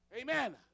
Amen